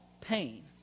pain